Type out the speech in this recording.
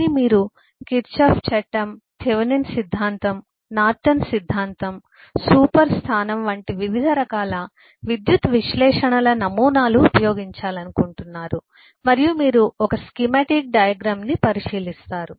కానీ మీరు కిర్చాఫ్ చట్టం థెవెనిన్ సిద్ధాంతంThevenins theorem నార్టన్ సిద్ధాంతంNortons theorem సూపర్ స్థానం వంటి వివిధ రకాల విద్యుత్ విశ్లేషణల నమూనాలు ఉపయోగించాలనుకుంటున్నారు మరియు మీరు ఒక స్కీమాటిక్ డయాగ్రమ్ ని పరిశీలిస్తారు